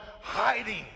hiding